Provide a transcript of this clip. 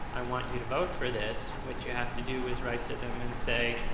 i want you to vote for this. what you have to do is write to them and say,